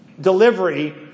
delivery